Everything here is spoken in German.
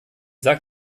sagt